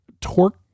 torque